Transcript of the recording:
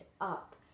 up